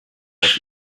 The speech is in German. auf